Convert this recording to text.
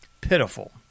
pitiful